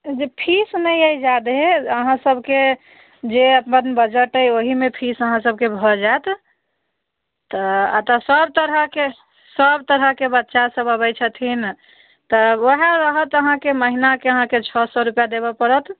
fees नहि यऽ जादे अहाँ सबकेँ जे अपन बजट अइ ओहिमे फीस अहाँ सबके भऽ जायत तऽ एतऽ सब तरहके सब तरहके बच्चा सब अबैत छथिन तऽ ओएह रहत अहाँकेँ महिनाके अहाँकेँ छओ सए रूपैआ देबऽ पड़त